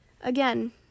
Again